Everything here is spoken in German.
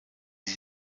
sie